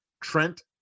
Trent